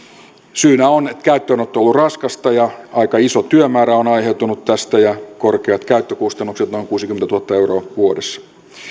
syynä on että käyttöönotto on ollut raskasta ja aika iso työmäärä on aiheutunut tästä ja korkeat käyttökustannukset noin kuusikymmentätuhatta euroa vuodessa